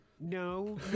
No